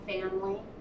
family